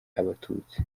abatutsi